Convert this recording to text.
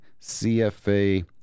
CFA